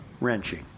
wrenching